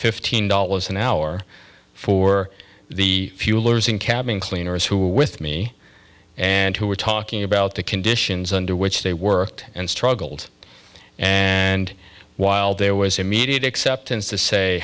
fifteen dollars an hour for the few lawyers uncapping cleaners who with me and who were talking about the conditions under which they worked and struggled and while there was immediate acceptance to say